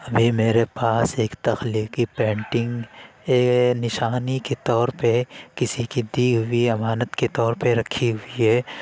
ابھی میرے پاس ایک تخلیقی پینٹنگ نشانی کے طور پہ کسی کی دی ہوئی امانت کے طور پہ رکھی ہوئی ہے